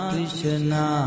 Krishna